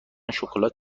شکلات